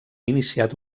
iniciat